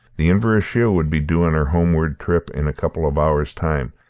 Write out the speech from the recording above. the inverashiel would be due on her homeward trip in a couple of hours' time,